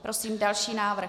Prosím další návrh.